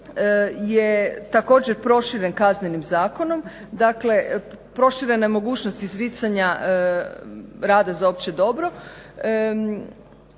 je također proširen Kaznenim zakonom. Dakle, proširena je mogućnost izricanja rada za opće dobro